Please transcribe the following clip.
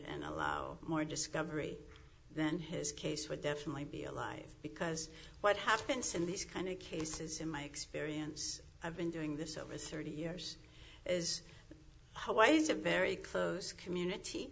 and allow more discovery then his case would definitely be alive because what happens in these kind of cases in my experience i've been doing this over thirty years is why it's a very close community